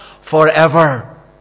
forever